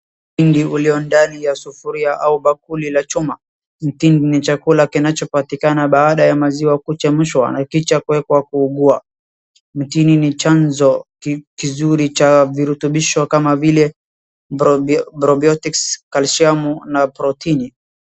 Mtindi ulio ndani ya sufuria au bakuli la chuma. Mtindi ni chakula kinachopatikana baada ya maziwa kuchemshwa na kisha kuekwa kuu gua. Mtindi ni chanzo kizuri za virotobishi kama vile kalshiamu na protini.